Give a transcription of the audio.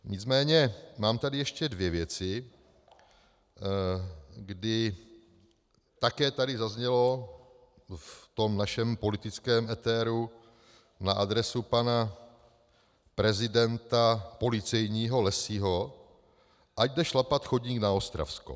Nicméně mám tady ještě dvě věci, kdy také tady zaznělo v tom našem politickém éteru na adresu pana prezidenta policejního Lessyho, ať jde šlapat chodník na Ostravsko.